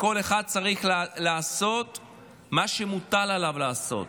כל אחד צריך לעשות מה שמוטל עליו לעשות.